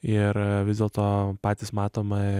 ir vis dėlto patys matom